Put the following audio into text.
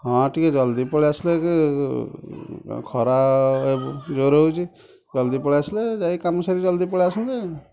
ହଁ ଟିକେ ଜଲ୍ଦି ପଳାଇ ଆସିଲେ ଖରା ଜୋର୍ରେ ହେଉଛି ଜଲ୍ଦି ପଳାଇ ଆସିଲେ ଯାଇକି କାମ ସାରିକି ଜଲ୍ଦି ପଳାଇ ଆସନ୍ତେ